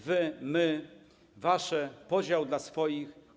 Wy, my, wasze, podział dla swoich.